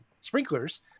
sprinklers